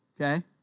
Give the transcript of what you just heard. okay